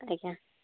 ଆଜ୍ଞା